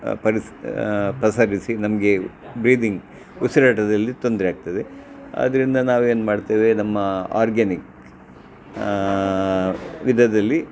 ಪರಿಸ್ ಪಸರಿಸಿ ನಮಗೆ ಬ್ರೀದಿಂಗ್ ಉಸಿರಾಟದಲ್ಲಿ ತೊಂದರೆ ಆಗ್ತದೆ ಆದ್ದರಿಂದ ನಾವೇನು ಮಾಡ್ತೇವೆ ನಮ್ಮ ಆರ್ಗ್ಯಾನಿಕ್ ವಿಧದಲ್ಲಿ